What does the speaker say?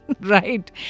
Right